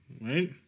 Right